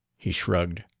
he shrugged.